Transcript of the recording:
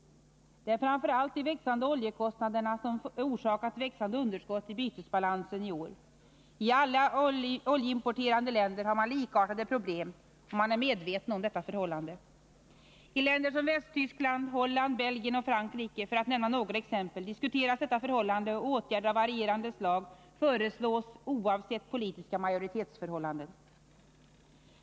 Det är framför allt de stigande oljekostnaderna som orsakat växande underskott i bytesbalansen i år. I alla oljeimporterande länder har man likartade problem. Och man är medveten om detta förhållande. I länder som Västtyskland, Holland, Belgien och Frankrike — för att nämna några exempel — diskuteras denna situation, och åtgärder av varierande slag föreslås oavsett politiska majoritetsförhållanden.